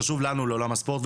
חשוב לנו, לעולם הספורט.